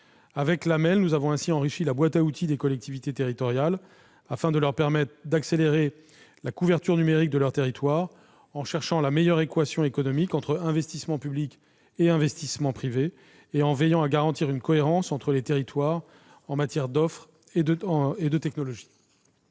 AMEL, nous avons ainsi enrichi la boîte à outils des collectivités territoriales, afin de leur permettre d'accélérer la couverture numérique de leur territoire, en cherchant la meilleure équation économique entre investissements publics et privés et en veillant à garantir une cohérence entre les territoires en matière d'offres et de technologie.